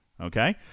Okay